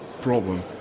problem